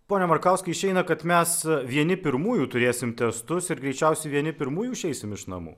pone markauskai išeina kad mes vieni pirmųjų turėsim testus ir greičiausiai vieni pirmųjų išeisim iš namų